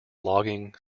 logging